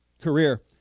career